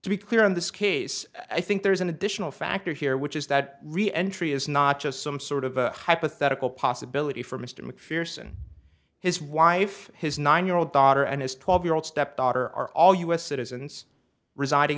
to be clear on this case i think there's an additional factor here which is that re entry is not just some sort of a hypothetical possibility for mr macpherson his wife his nine year old daughter and his twelve year old stepdaughter are all u s citizens residing